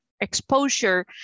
exposure